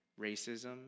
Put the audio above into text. racism